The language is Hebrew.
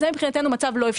זה מבחינתנו מצב לא אפשרי.